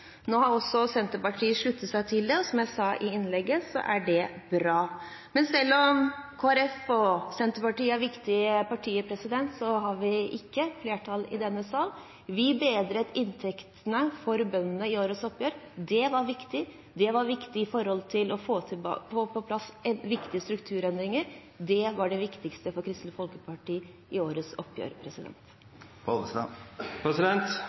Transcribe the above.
Nå har Senterpartiet sluttet seg til dette. Som jeg sa i hovedinnlegget mitt, er det bra. Men selv om Kristelig Folkeparti og Senterpartiet er viktige partier, har vi ikke flertall i denne sal. Vi bedret inntektene for bøndene i årets oppgjør. Det var viktig. Det var viktig for å få på plass viktige strukturendringer. Det var det viktigste for Kristelig Folkeparti i årets oppgjør.